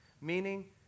meaning